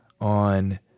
on